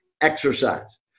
exercise